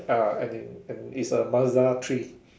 ah I think and it's a Mazda three